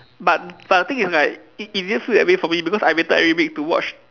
but but the thing is like it it didn't feel that way for me because I waited every week to watch